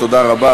תודה רבה.